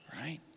Right